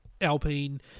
Alpine